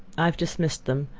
i have dismissed them.